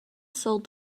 sold